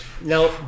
Now